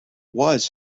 was